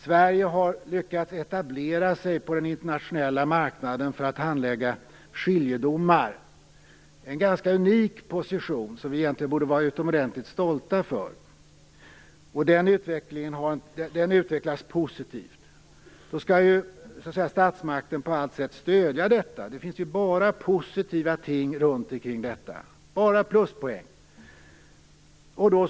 Sverige har lyckats etablera sig på den internationella marknaden för att handlägga skiljedomar. Det är en ganska unik position som vi egentligen borde vara utomordentligt stolta för, och den utvecklas positivt. Statsmakten skall i det fallet på allt sätt stödja detta. Det finns bara positiva ting och pluspoäng kring det.